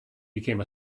became